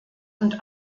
und